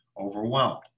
overwhelmed